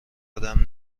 ادم